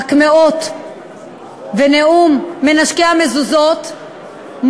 הקמעות" ו"נאום מנשקי המזוזות",